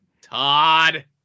Todd